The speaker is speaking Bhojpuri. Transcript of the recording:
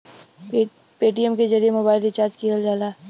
पेटीएम के जरिए मोबाइल रिचार्ज किहल जाला